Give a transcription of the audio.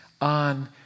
on